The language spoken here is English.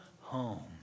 home